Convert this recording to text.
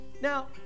Now